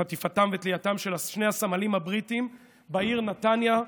חטיפתם ותלייתם של שני הסמלים הבריטים בעיר נתניה,